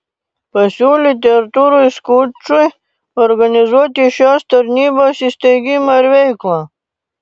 pasiūlyti artūrui skučui organizuoti šios tarnybos įsteigimą ir veiklą